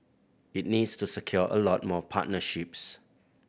it needs to secure a lot more partnerships